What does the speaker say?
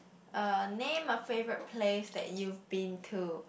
uh name a favourite place that you've been to